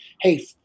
hey